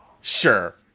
Sure